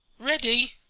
ready.